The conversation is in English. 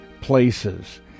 places